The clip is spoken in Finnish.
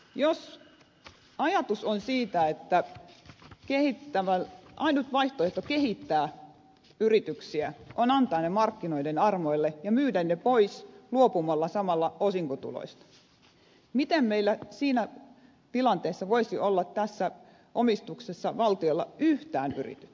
jos ajatus on se että ainut vaihtoehto kehittää yrityksiä on antaa ne markkinoiden armoille ja myydä ne pois luopumalla samalla osinkotuloista niin miten meillä siinä tilanteessa voisi olla omistuksessa valtiolla yhtään yritystä